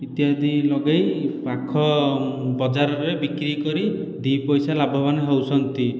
ଇତ୍ୟାଦି ଲଗାଇ ପାଖ ବଜାରରେ ବିକ୍ରି କରି ଦୁଇ ପଇସା ଲାଭବାନ ହେଉଛନ୍ତି